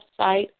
website